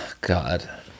God